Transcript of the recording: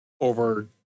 over